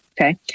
Okay